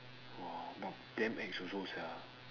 !wah! but damn ex also sia